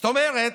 זאת אומרת,